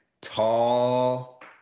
tall